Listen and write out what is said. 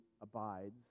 abides